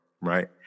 right